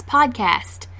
Podcast